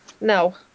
No